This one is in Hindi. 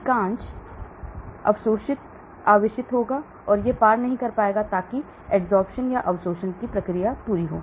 अधिक आवेशित होगा यह पार नहीं करेगा ताकि अवशोषण की प्रक्रिया पूरी हो